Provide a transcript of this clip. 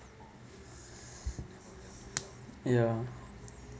ya